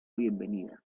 bienvenida